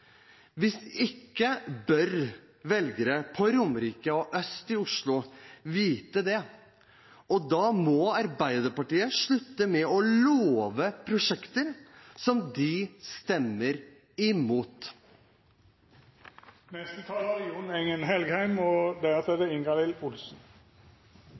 Hvis ikke bør velgere på Romerike og øst i Oslo vite det, og da må Arbeiderpartiet slutte med å love prosjekter som de stemmer imot. I dag møtte elever og